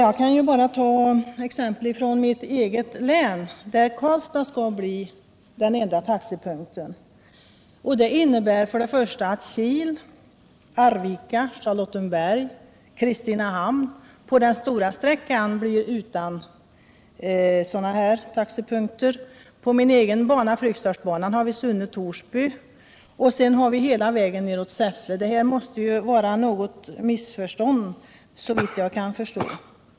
Jag kan bara ta exempel från mitt eget län där Karlstad skall bli den enda taxepunkten, vilket innebär att Kil, Arvika, Charlottenberg och Kristinehamn på den stora sträckan blir utan dessa taxepunkter. På min egen bana, Fryksdalsbanan, har vi Sunne, Torsby och sedan hela sträckan ner till Säffle som drabbas. Såvitt jag kan förstå måste här föreligga något missförstånd.